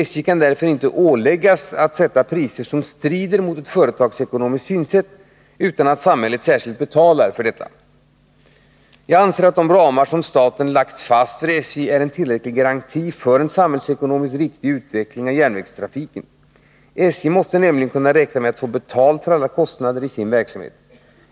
SJ kan därför inte åläggas att sätta priser som strider mot ett företagsekonomiskt synsätt utan att samhället särskilt betalar för detta. Jag anser att de ramar som statsmakterna lagt fast för SJ är en tillräcklig garanti för en samhällsekonomiskt riktig utveckling av järnvägstrafiken. SJ måste nämligen kunna räkna med att få betalt för alla kostnader i sin verksamhet.